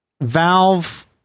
Valve